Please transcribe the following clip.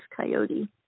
coyote